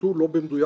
שציטטו לא במדויק,